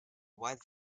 wide